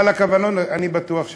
אבל הכוונות, אני בטוח שטובות.